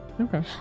Okay